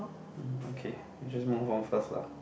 mm okay we just move on first lah